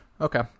Okay